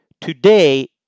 Today